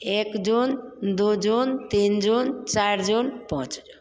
एक जून दो जून तीन जून चार जून पाँच जून